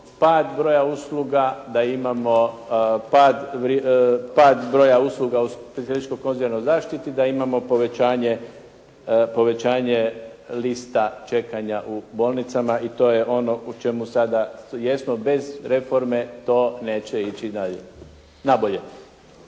pad broja usluga u specijalističko … /Govornik se ne razumije./ … zaštiti, da imamo povećanje lista čekanja u bolnicama i to je ono u čemu sada jesmo. Bez reforme to neće ići na bolje.